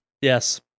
Yes